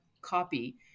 copy